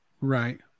right